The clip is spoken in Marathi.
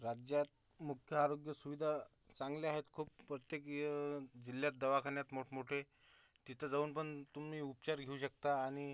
राज्यात मुख्य आरोग्य सुविदा चांगल्या आहेत खूप प्रत्येक जिल्ह्यात दवाखान्यात मोठमोठे तितं जाऊनपन तुमी उपचार घेऊ शकता आनि